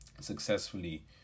successfully